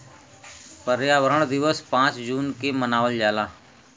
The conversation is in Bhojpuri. पर्यावरण दिवस पाँच जून के मनावल जाला